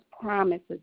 promises